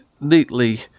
neatly